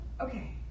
Okay